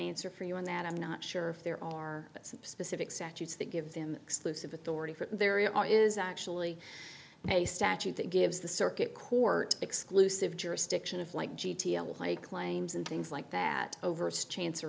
answer for you on that i'm not sure if there are some specific statute that gives them exclusive authority for there is actually a statute that gives the circuit court exclusive jurisdiction of like play claims and things like that over a stance